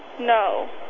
no